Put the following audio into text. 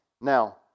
Now